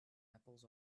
apples